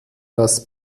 das